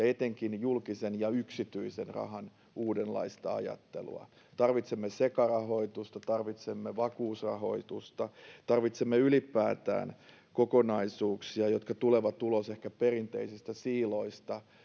etenkin julkisen ja yksityisen rahan uudenlaista ajattelua tarvitsemme sekarahoitusta tarvitsemme vakuusrahoitusta tarvitsemme ylipäätään kokonaisuuksia jotka tulevat ulos ehkä perinteisistä siiloista